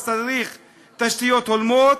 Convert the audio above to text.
אז צריך תשתיות הולמות,